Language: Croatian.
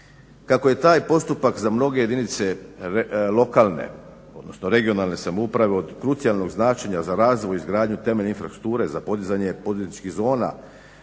Kako je taj postupak za mnoge jedinice lokalne, odnosno regionalne samouprave od krucijalnog značaja za razvoj, izgradnju temeljne infrastrukture, za podizanje poduzetničkih zona.